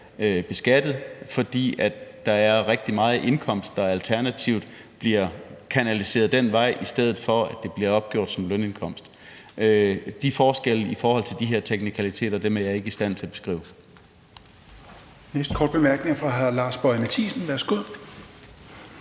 beskattet, fordi der er rigtig meget indkomst, der bliver kanaliseret den vej i stedet for at blive opgjort som lønindkomst. Forskellen i forhold til de her teknikaliteter er jeg ikke i stand til at beskrive.